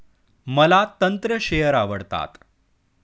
मला तंत्र शेअर आवडतात